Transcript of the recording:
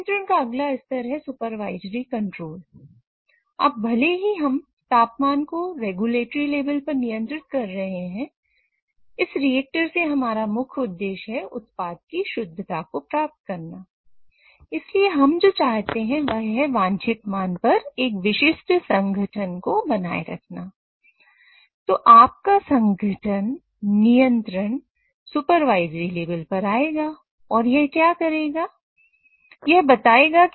नियंत्रण का अगला स्तर है सुपरवाइजरी कंट्रोल कैसे कार्य करेगा